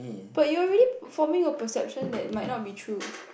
but you're already forming a perception that might not be true